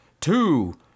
two